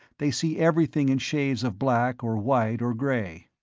they see everything in shades of black or white or gray.